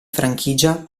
franchigia